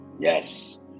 Yes